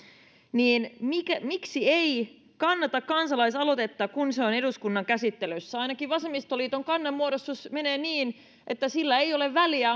niin miksi ei kannata kansalaisaloitetta kun se on eduskunnan käsittelyssä ainakin vasemmistoliiton kannanmuodostus menee niin että sillä ei ole väliä